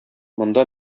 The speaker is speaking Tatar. монда